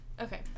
Okay